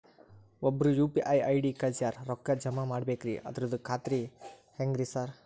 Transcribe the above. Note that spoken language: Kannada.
ಒಬ್ರು ಯು.ಪಿ.ಐ ಐ.ಡಿ ಕಳ್ಸ್ಯಾರ ರೊಕ್ಕಾ ಜಮಾ ಮಾಡ್ಬೇಕ್ರಿ ಅದ್ರದು ಖಾತ್ರಿ ಹೆಂಗ್ರಿ ಸಾರ್?